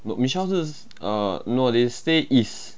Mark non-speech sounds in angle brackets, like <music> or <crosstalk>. <noise> michelle 是 uh no they stay east